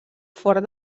fort